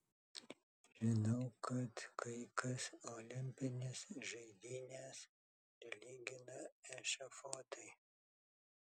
žinau kad kai kas olimpines žaidynes prilygina ešafotui